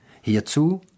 Hierzu